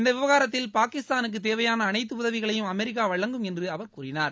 இந்த விவகாரத்தில் பாகிஸ்தானுக்கு தேவையான அனைத்து உதவிகளையும் அமெரிக்கா வழங்கும் என்று அவர் கூறினார்